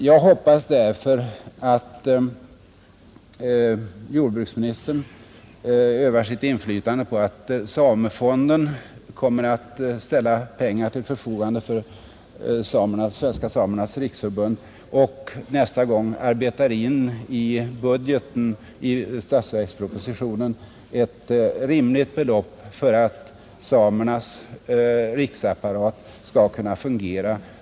Jag hoppas därför att jordbruksministern utövar sitt inflytande så att man ur samefonden kan ställa pengar till Svenska samernas riksförbunds förfogande samt nästa gång i statsverkspropositionen arbetar in ett rimligt belopp så att samernas riksorganisation skall kunna fungera.